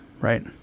right